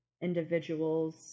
individuals